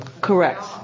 Correct